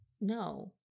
No